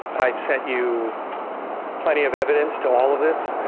i've sent you plenty of evidence to all of this.